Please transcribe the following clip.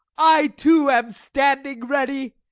i too am standing ready,